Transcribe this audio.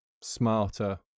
smarter